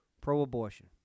pro-abortion